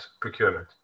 procurement